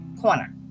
corner